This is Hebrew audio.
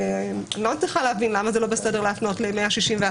אני לא מצליחה להבין למה זה לא בסדר להפנות ל-161(4).